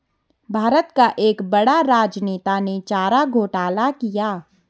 भारत का एक बड़ा राजनेता ने चारा घोटाला किया